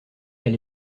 elle